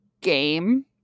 game